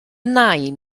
nain